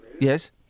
Yes